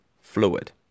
fluid